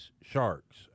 sharks